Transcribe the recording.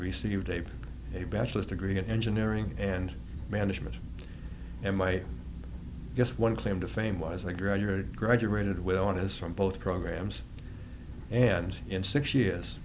received a for a bachelor's degree in engineering and management and my guess one claim to fame was i graduated graduated with i want is from both programs and in six years